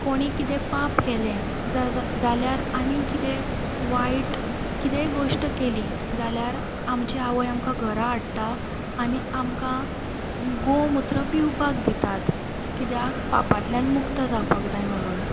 कोणी कितें पाप केलें ज ज जाल्यार आनीक कितें वायट कितेंय गोश्ट केली जाल्यार आमची आवय आमकां घरा हाडटा आनी आमकां गोमुत्र पिवपाक दितात कित्याक पापांतल्यान मुक्त जावपाक जाय म्हणून